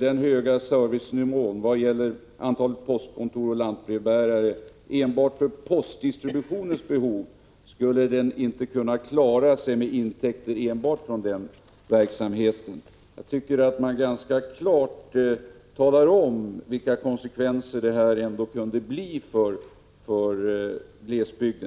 dagens höga servicenivå vad gäller antalet postkontor och lantbrevbärare enbart för postdistributionens behov skulle ej kunna klaras med intäkter enbart från denna verksamhet.” Jag tycker att man här ganska klart talar om vilka konsekvenser det kunde bli för glesbygden.